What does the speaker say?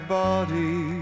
body